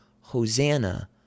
Hosanna